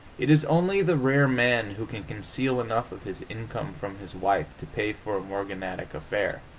it is only the rare man who can conceal enough of his income from his wife to pay for a morganatic affair.